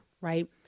right